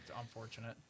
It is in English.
unfortunate